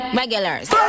regulars